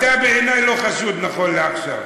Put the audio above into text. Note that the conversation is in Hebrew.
אתה לא חשוד בעיני נכון לעכשיו.